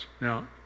Now